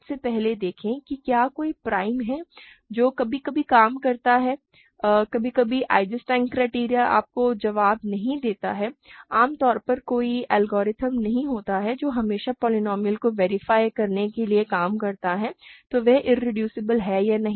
सबसे पहले देखें कि क्या कोई प्राइम है जो कभी कभी काम करता है कभी कभी आइजेंस्टाइन क्राइटेरियन आपको जवाब नहीं देता है आम तौर पर कोई एल्गोरिदम नहीं होता है जो हमेशा पोलीनोमिअल को वेरीफाई करने के लिए काम करता है कि वह इररेदुसिबल है या नहीं